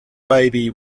baby